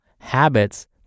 habits